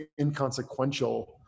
inconsequential